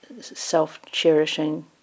self-cherishing